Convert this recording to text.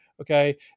okay